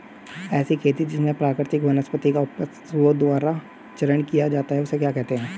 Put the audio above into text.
ऐसी खेती जिसमें प्राकृतिक वनस्पति का पशुओं द्वारा चारण किया जाता है उसे क्या कहते हैं?